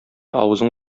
авызың